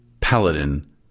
Paladin